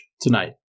tonight